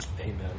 amen